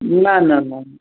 نہ نہ نہ نہ